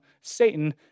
Satan